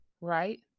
right